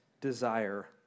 desire